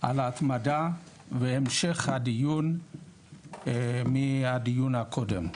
על ההתמדה והמשך הדיון מהדיון הקודם.